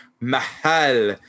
Mahal